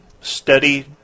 steady